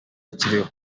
akiriho